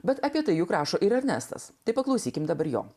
bet apie tai juk rašo ir ernestas tik paklausykime dabar jo